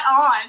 on